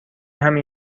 همین